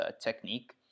technique